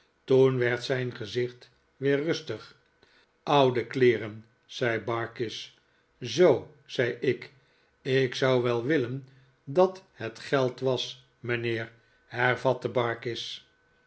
toen werd zijn gezicht weer rustig oude kleeren zei barkis zoo zei ik t ik zou wel willen dat het geld was mijnheer hervatte barkis